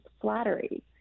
flattery